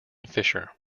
fisher